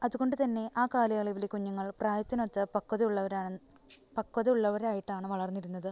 അതുകൊണ്ട് തന്നെ ആ കാലയളവിൽ കുഞ്ഞുങ്ങൾ പ്രായത്തിനൊത്ത പക്വത ഉള്ളവരാണെന്ന് പക്വത ഉള്ളവരായിട്ടാണ് വളർന്നിരുന്നത്